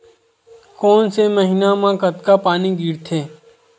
कोन से महीना म कतका पानी गिरथे?